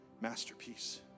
masterpiece